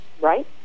right